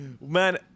Man